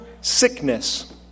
sickness